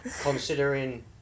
considering